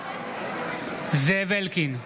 זאב אלקין,